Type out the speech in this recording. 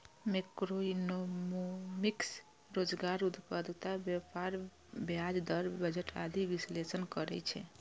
macroeconomics रोजगार, उत्पादकता, व्यापार, ब्याज दर, बजट आदिक विश्लेषण करै छै